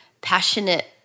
passionate